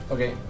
Okay